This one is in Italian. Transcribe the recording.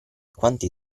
quanti